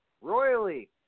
Royally